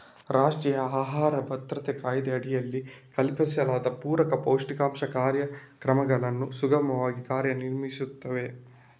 ರಾಷ್ಟ್ರೀಯ ಆಹಾರ ಭದ್ರತಾ ಕಾಯ್ದೆಯಡಿಯಲ್ಲಿ ಕಲ್ಪಿಸಲಾದ ಪೂರಕ ಪೌಷ್ಟಿಕಾಂಶ ಕಾರ್ಯಕ್ರಮಗಳು ಸುಗಮವಾಗಿ ಕಾರ್ಯ ನಿರ್ವಹಿಸುತ್ತಿವೆ